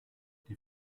die